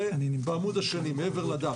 זה בעמוד השני מעבר לדף,